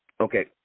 Okay